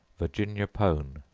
virginia pone.